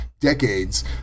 decades